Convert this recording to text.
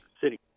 City